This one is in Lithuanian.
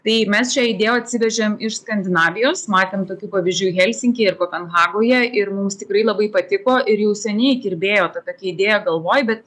tai mes šią idėją atsivežėm iš skandinavijos matėm tokių pavyzdžių helsinkyje ir kopenhagoje ir mums tikrai labai patiko ir jau seniai kirbėjo tokia idėja galvoj bet